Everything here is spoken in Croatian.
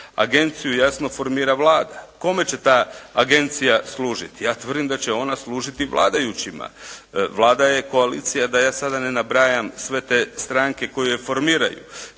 agenciju, jasno formira Vlada. Kome će te agencija služiti? Ja tvrdim da će ona služiti vladajućima. Vlada i koalicija, da ja sada ne nabrajam sve te stranke koje je formiraju.